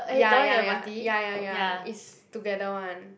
ya ya ya ya ya ya is together [one]